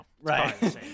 Right